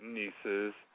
niece's